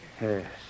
Yes